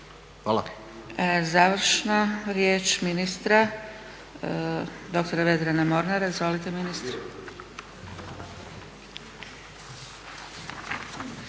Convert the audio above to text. (SDP)** Završna riječ ministra doktora Vedrana Mornara. Izvolite ministre.